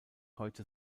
heute